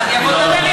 אז אני אבוא לדבר אתך.